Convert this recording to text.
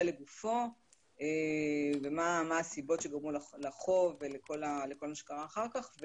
לגופו ומה הסיבות שגרמו לחוב ולכל מה שקרה אחר כך,